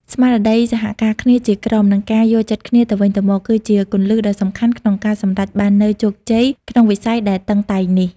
ស្មារតីសហការគ្នាជាក្រុម និងការយល់ចិត្តគ្នាទៅវិញទៅមក គឺជាគន្លឹះដ៏សំខាន់ក្នុងការសម្រេចបាននូវជោគជ័យក្នុងវិស័យដែលតឹងតែងនេះ។